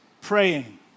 praying